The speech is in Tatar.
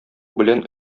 белән